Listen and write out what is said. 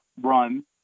run